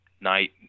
night